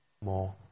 more